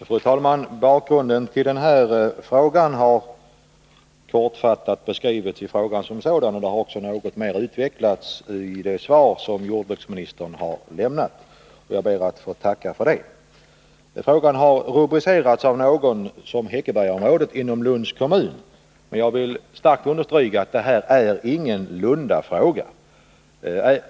Fru talman! Bakgrunden till det här ärendet har kortfattat beskrivits i frågan som sådan, och den har också utvecklats något mer i det svar som jordbruksministern har lämnat. Jag ber att få tacka för det. Frågan har av någon rubricerats som ”Häckebergaområdet i Lunds kommun”. Jag vill starkt understryka att detta inte är någon Lundafråga.